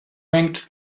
ranked